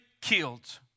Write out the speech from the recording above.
killed